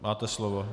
Máte slovo.